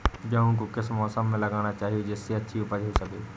गेहूँ को किस मौसम में लगाना चाहिए जिससे अच्छी उपज हो सके?